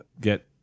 get